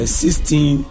sixteen